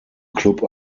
club